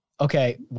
Okay